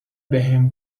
بهم